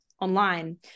online